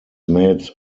made